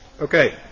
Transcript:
Okay